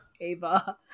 Ava